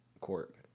Court